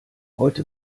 heute